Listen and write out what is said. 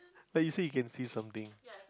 like you say you can see something